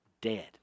dead